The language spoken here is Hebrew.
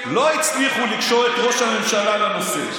לא הצליחו לקשור את ראש הממשלה לנושא,